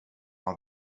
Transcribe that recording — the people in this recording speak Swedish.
har